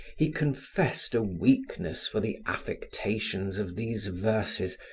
he confessed a weakness for the affectations of these verses,